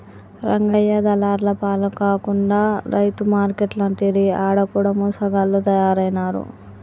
రంగయ్య దళార్ల పాల కాకుండా రైతు మార్కేట్లంటిరి ఆడ కూడ మోసగాళ్ల తయారైనారు